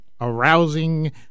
arousing